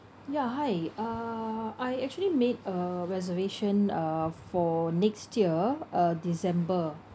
ya hi uh I actually made a reservation uh for next year uh december